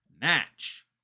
match